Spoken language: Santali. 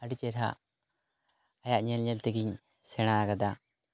ᱟᱹᱰᱤ ᱪᱮᱦᱨᱟ ᱟᱭᱟᱜ ᱧᱮᱞ ᱧᱮᱞ ᱛᱮᱜᱤᱧ ᱥᱮᱬᱟ ᱟᱠᱟᱫᱟ